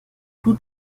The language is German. blut